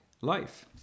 life